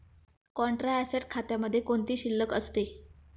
Contra asset खात्यामध्ये कोणती शिल्लक असते?